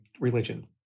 religion